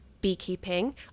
beekeeping